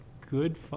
good